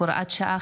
הוראת שעה,